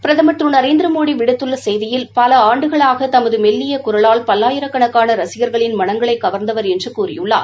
பிரதமர் திரு நரேந்திரமோடி விடுத்துள்ள செய்தியில் பல ஆண்டுகளாக தமது மெல்லிய குராவால் பல்லாயிரக்கணக்கான ரசிகர்களின மனங்களை கவர்ந்தவர் என்று கூறியுள்ளார்